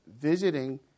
visiting